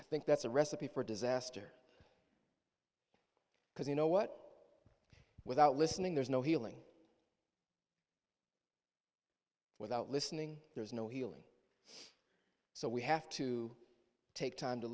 i think that's a recipe for disaster because you know what without listening there's no healing without listening there's no healing so we have to take time to